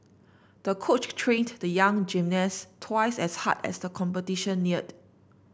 the coach trained the young gymnast twice as hard as the competition neared